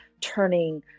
turning